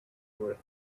worth